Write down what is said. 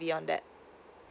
beyond that